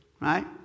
right